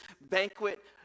banquet